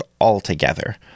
altogether